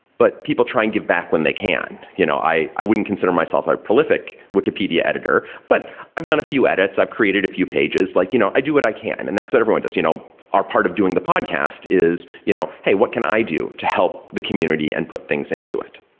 but people try and give back when they can. you know i i wouldn't consider myself a prolific wikipedia editor, but i've done a few edits. i've created a few pages. like you know i do what i can, and that's what everyone does. you know our part of doing the podcast is, you know hey, what can i do to help the community and put things into its?